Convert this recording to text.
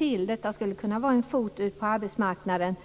En lärlingsplats skulle kunna innebära att de får in en fot på arbetsmarknaden.